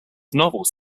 novels